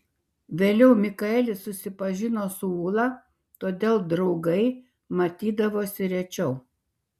vėliau mikaelis susipažino su ūla todėl draugai matydavosi rečiau